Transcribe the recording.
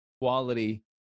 quality